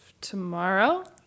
tomorrow